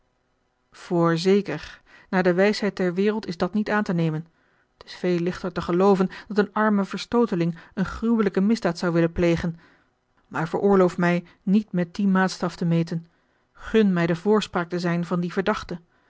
voorzeker naar de wijsheid der wereld is dat niet aan te nemen t is veel lichter te gelooven dat een arme verstooteling eene gruwelijke misdaad zou willen plegen maar veroorloof mij niet met dien maatstaf te meten gun mij de voorspraak te zijn van dien verdachte